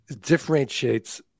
differentiates